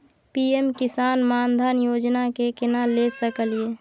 PM Kisan Maan Dhan Yojana के केना ले सकलिए?